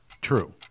True